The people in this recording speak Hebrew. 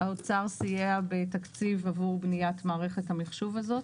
האוצר סייע בתקציב עבור בניית מערכת המחשוב הזאת.